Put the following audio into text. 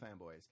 fanboys